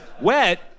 Wet